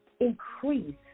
increase